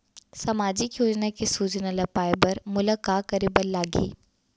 सामाजिक योजना के सूचना ल पाए बर मोला का करे बर लागही?